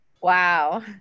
Wow